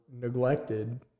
neglected